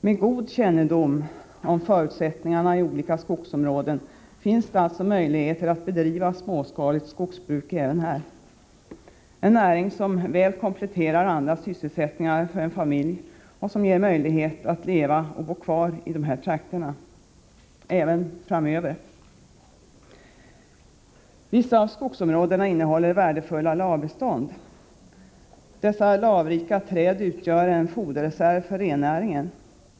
Med god kännedom om förutsättningarna i olika skogsområden har man alltså möjligheter att bedriva småskaligt skogsbruk även här — en näring som väl kompletterar andra sysselsättningar för en familj och som gör att människor även framöver kan leva och bo kvar i de här trakterna. Vissa av skogsområdena innehåller värdefulla lavbestånd. Dessa lavrika träd utgör en foderreserv för rennäringen.